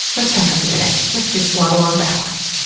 let's back up a minute. let's just waddle on backwards.